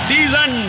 Season